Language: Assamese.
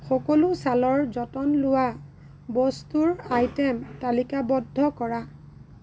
সকলো ছালৰ যতন লোৱা বস্তুৰ আইটেম তালিকাবদ্ধ কৰা